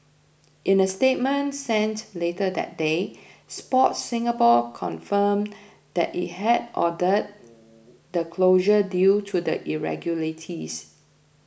in a statement sent later that day Sport Singapore confirmed that it had ordered the closure due to the irregularities